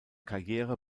karriere